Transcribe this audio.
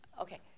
Okay